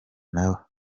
nabo